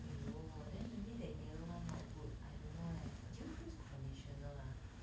!aiyo! then maybe the yellow one not good I don't know leh do you use conditioner ah